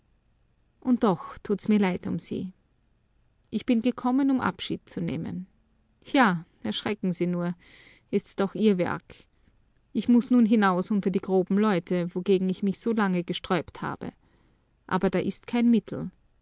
und doch tut's mir leid um sie ich bin gekommen um abschied zu nehmen ja erschrecken sie nur ist's doch ihr werk ich muß nun hinaus unter die groben leute wogegen ich mich so lange gesträubt habe aber da ist kein mittel